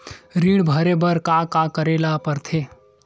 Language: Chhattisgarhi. ऋण भरे बर का का करे ला परथे?